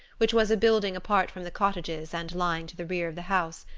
which was a building apart from the cottages and lying to the rear of the house.